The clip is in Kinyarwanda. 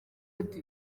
ati